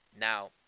Now